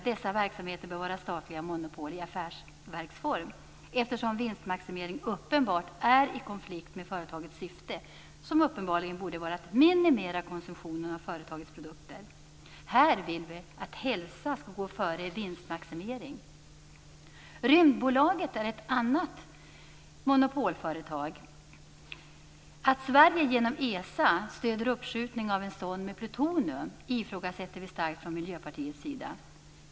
Dessa verksamheter bör alltså vara statliga monopol i affärsverksform, eftersom vinstmaximering uppenbart är i konflikt med företagets syfte. Detta syfte borde uppenbarligen vara att minimera konsumtionen av företagets produkter. Här vill vi att hälsa skall gå före vinstmaximering. Rymdbolaget är ett annat monopolföretag. Att Sverige genom ESA stöder uppskjutning av en sond med plutonium ifrågasätter vi i Miljöpartiet starkt.